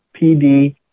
PD